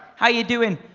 how are you doing?